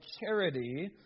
charity